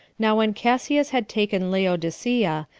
now when cassius had taken laodicea,